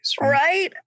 Right